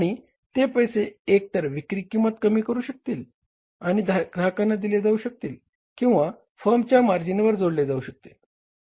आणि ते 60 पैसे एकतर विक्री किंमत कमी करून ग्राहकांना दिले जाऊ शकतात किंवा फर्मच्या मार्जिनवर जोडले जाऊ शकतात